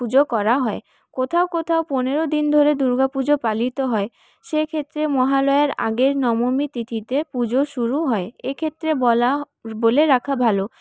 পুজো করা হয় কোথাও কোথাও পনেরো দিন ধরে দুর্গাপুজো পালিত হয় সে ক্ষেত্রে মহালয়ার আগে নবমী তিথিতে পুজো শুরু হয় এক্ষেত্রে বলা বলে রাখা ভালো